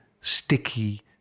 sticky